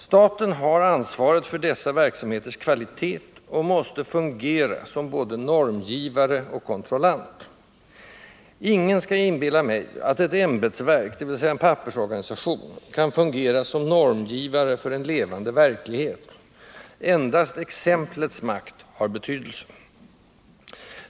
Staten har ansvaret för dessa verksamheters kvalitet och måste fungera som både normgivare och kontrollant. Ingen skall inbilla mig att ett ämbetsverk — dvs. en pappersorganisation — kan fungera som normgivare för en levande verklighet: endast exemplets makt har betydelse.